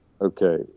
Okay